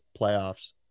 playoffs